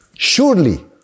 Surely